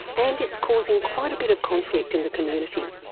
and it's causing quite a bit of conflict in the community.